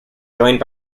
joined